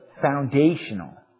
foundational